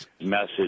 message